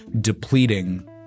depleting